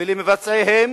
ולמבצעיהם,